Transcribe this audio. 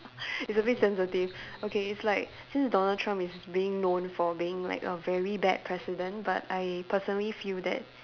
it's a bit sensitive okay it's like since Donald Trump is being known for being like a very bad president but I personally feel that